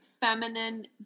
Feminine